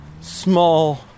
small